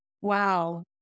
wow